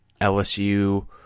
LSU